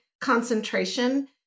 concentration